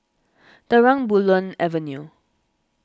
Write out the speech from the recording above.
Terang Bulan Avenue